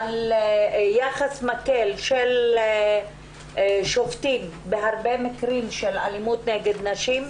ויחס מקל של שופטים בהרבה מקרים של אלימות נגד נשים,